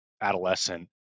adolescent